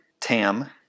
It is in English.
TAM